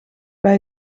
bij